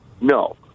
No